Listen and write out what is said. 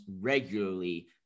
regularly